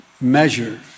measure